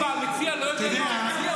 מה, המציע לא יודע מה הוא הציע?